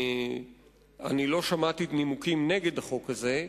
אני לא שמעתי נימוקים נגד החוק הזה.